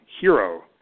hero